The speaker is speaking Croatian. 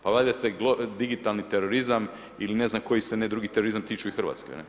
Pa valjda se digitalni terorizam, ili ne znam koji sve drugi terorizam tiči i Hrvatske.